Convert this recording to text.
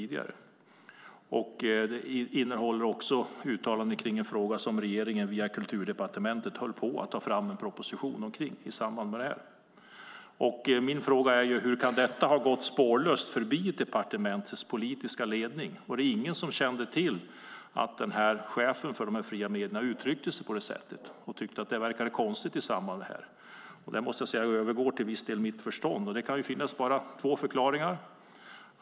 Det innehåller också ett uttalande i en fråga som regeringen via Kulturdepartementet höll på att ta fram en proposition om. Hur kan detta ha gått spårlöst förbi departementets politiska ledning? Var det ingen som kände till att chefen för Stiftelsen Fria Media uttryckte sig på detta sätt och tyckte att det verkade konstigt? Det övergår i så fall till viss del mitt förstånd. Det kan bara finnas två förklaringar.